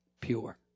pure